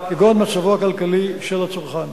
כגון מצבו הכלכלי של הצרכן".